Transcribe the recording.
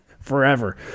Forever